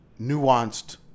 nuanced